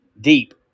Deep